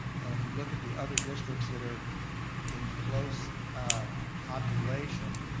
and if you look at the other districts that are in close population,